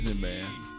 man